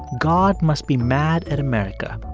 god must be mad at america.